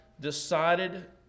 decided